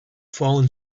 fallen